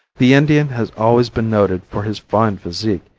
the indian has always been noted for his fine physique,